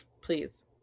please